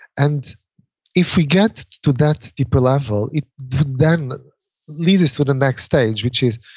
and if we get to that deeper level, it then lead us to the next stage which is,